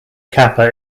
kappa